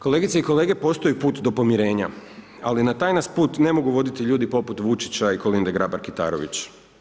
Kolegice i kolege postoji put do pomirenja, ali na taj nas put ne mogu voditi ljudi poput Vučića i Kolinde Grabar Kitarović.